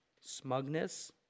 smugness